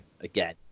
again